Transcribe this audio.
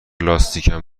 لاستیکم